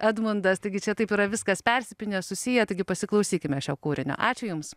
edmundas taigi čia taip yra viskas persipynę susiję taigi pasiklausykime šio kūrinio ačiū jums